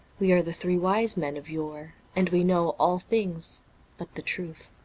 we are the three wise men of yore, and we know all things but the truth.